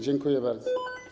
Dziękuję bardzo.